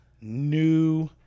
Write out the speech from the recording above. new